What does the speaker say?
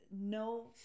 no